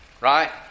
Right